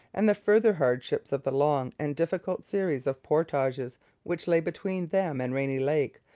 and the further hardships of the long and difficult series of portages which lay between them and rainy lake,